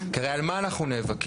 כי הרי על מה אנחנו נאבקים?